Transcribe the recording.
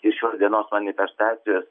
ir šios dienos manifestacijos